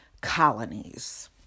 colonies